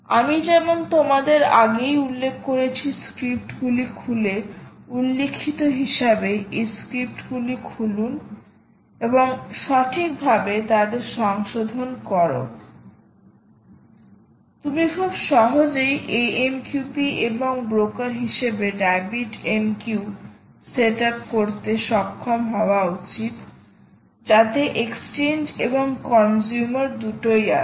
আমি যেমন তোমাদের আগেই উল্লেখ করেছি স্ক্রিপ্টগুলি খুলে উল্লিখিত হিসাবে এই স্ক্রিপ্টগুলি খুলুন এবং সঠিকভাবে তাদের সংশোধন করো তুমি খুব সহজেই AMQP এবং ব্রোকার হিসেবে রাবিট এমকিউ সেট আপ করতে সক্ষম হওয়া উচিত যাতে এক্সচেঞ্জ এবং কনজিউমার দুটোই আছে